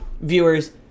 viewers